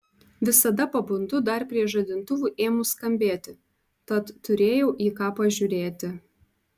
visada pabundu dar prieš žadintuvui ėmus skambėti tad turėjau į ką pažiūrėti